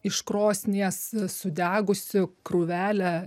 iš krosnies sudegusių krūvelę